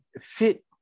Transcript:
fit